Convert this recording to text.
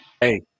Hey